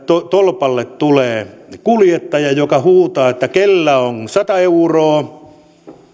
tolpalle tulee kuljettaja joka huutaa että kenellä on sata euroa ja